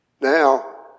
Now